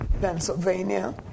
Pennsylvania